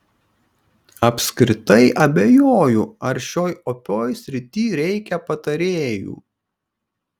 apskritai abejoju ar šioj opioj srity reikia patarėjų